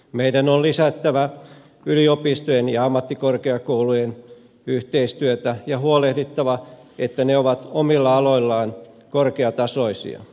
meidän on lisättävä yliopistojen ja ammattikorkeakoulujen yhteistyötä ja huolehdittava että ne ovat omilla aloillaan korkeatasoisia